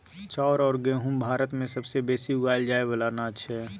चाउर अउर गहुँम भारत मे सबसे बेसी उगाएल जाए वाला अनाज छै